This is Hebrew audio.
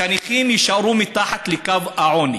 הנכים יישארו מתחת לקו העוני,